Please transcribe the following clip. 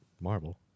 Marvel